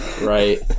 Right